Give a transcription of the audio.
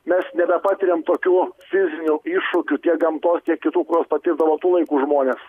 mes nebepatiriam tokių fizinių iššūkių tiek gamtos tiek kitų kuriuos patikdavo tų laikų žmonės